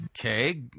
Okay